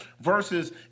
versus